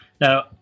now